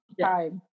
time